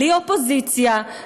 בלי אופוזיציה,